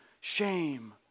shame